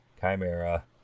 Chimera